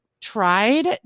tried